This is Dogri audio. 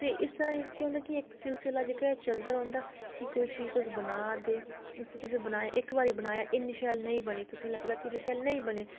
ते इस तरह् केह् होंदा कि इक सिलसिला जेह्का चलदा रौंह्दा कि कोई चीज तुस बना दे ते उसी तुसें बनाया इक बारी बनाया इन्नी शैल नेईं बनी तुसेंगी लगदा कि इन्नी शैल नेईं बनी